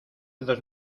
dos